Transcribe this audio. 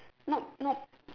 not not